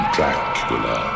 Dracula